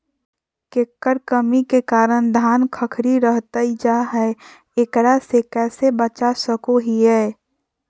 केकर कमी के कारण धान खखड़ी रहतई जा है, एकरा से कैसे बचा सको हियय?